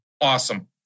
Awesome